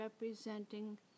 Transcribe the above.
representing